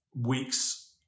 weeks